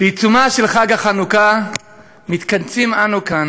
בעיצומו של חג החנוכה מתכנסים אנו כאן,